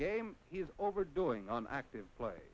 game he's overdoing on active pla